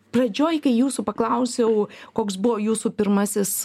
pradžioj kai jūsų paklausiau koks buvo jūsų pirmasis